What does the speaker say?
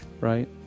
Right